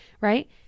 right